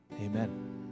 Amen